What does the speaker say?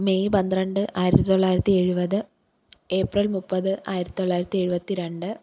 May പന്ത്രണ്ട് ആയിരത്തിത്തി തൊള്ളായിരത്തി എഴുപത് ഏപ്രിൽ മുപ്പത് ആയിരത്തി തൊള്ളായിരത്തി എഴുപത്തി രണ്ട്